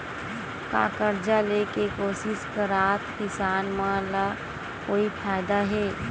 का कर्जा ले के कोशिश करात किसान मन ला कोई फायदा हे?